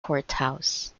courthouse